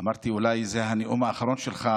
אמרתי שאולי זה הנאום האחרון שלך,